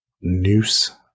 Noose